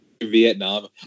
Vietnam